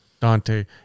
Dante